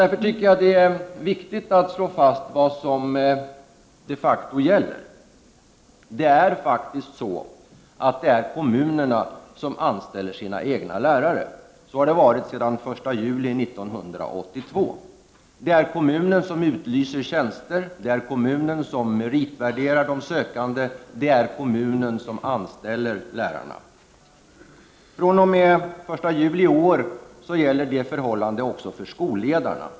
Därför är det viktigt att slå fast vad som de facto gäller. Det är faktiskt så nu att kommunerna anställer sina lärare, och så har det varit sedan den 1 juli 1982. Det är kommunen som utlyser tjänster, meritvärderar de sökande och anställer lärarna. fr.o.m. den 1 juli i år gäller det förhållandet också för skolledarna.